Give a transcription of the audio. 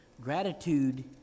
Gratitude